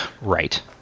right